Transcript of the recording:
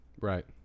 right